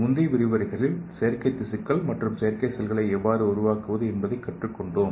முந்தைய விரிவுரைகளில் செயற்கை திசுக்கள் மற்றும் செயற்கை செல்களை எவ்வாறு உருவாக்குவது என்பதைக் கற்றுக்கொண்டோம்